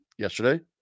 Yesterday